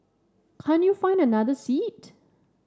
can't you find another seat